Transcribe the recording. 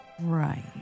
Right